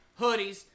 hoodies